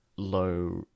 low